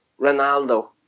Ronaldo